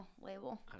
label